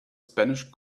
spanish